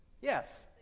Yes